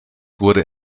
wurde